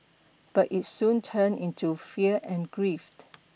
but it soon turned into fear and grief